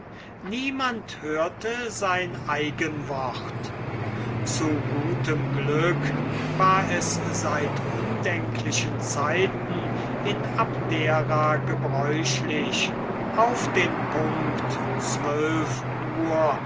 niemand hörte sein eigen wort zu gutem glücke war es seit undenklichen zeiten in abdera gebräuchlich auf den punct zwölf uhr